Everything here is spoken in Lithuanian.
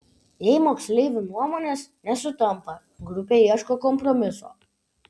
jei moksleivių nuomonės nesutampa grupė ieško kompromiso